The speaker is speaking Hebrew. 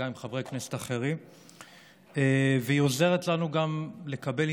וטוב שכך,